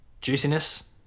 juiciness